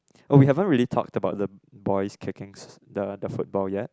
oh we haven't really talked about the boys kicking the the football yet